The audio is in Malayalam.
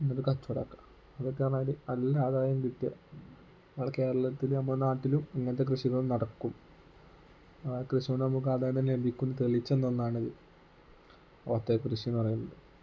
എന്നിട്ടു കച്ചവടം ഒക്കെ അതൊക്കെ പറഞ്ഞാൽ നല്ല ആദായം കിട്ടിയാൽ നമ്മുടെ കേരളത്തിൽ നമ്മുടെ നാട്ടിലും ഇങ്ങനത്തെ കൃഷികൾ നടക്കും ആ കൃഷി കൊണ്ട് നമുക്ക് ആദായം ലഭിക്കും തെളിയിച്ച ഒന്നാണിത് വത്ത കൃഷിയെന്നു പറയുന്നത്